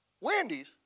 Wendy's